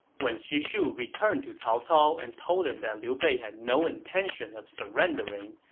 when xu shu returned to cao cao and told him that liu bei had no intention of surrendering,